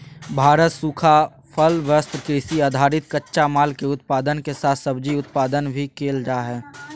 भारत सूखा फल, वस्त्र, कृषि आधारित कच्चा माल, के उत्पादन के साथ सब्जी उत्पादन भी कैल जा हई